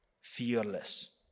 fearless